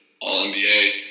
All-NBA